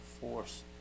force